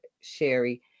Sherry